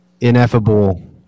ineffable